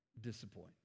disappoint